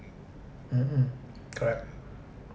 mm mm correct